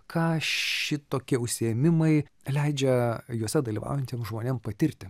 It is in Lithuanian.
ką šitokie užsiėmimai leidžia juose dalyvaujantiem žmonėm patirti